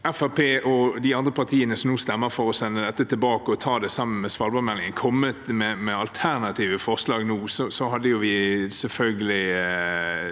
og de andre partiene som nå stemmer for å sende dette tilbake og ta det sammen med svalbardmeldingen, kommet med alternative forslag nå, hadde det vært en